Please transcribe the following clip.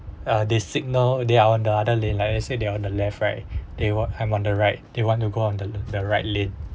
uh they signal they are on the other lane like let's say they are on the left right they were I'm on the right they want to go on the right lane